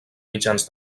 mitjans